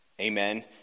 Amen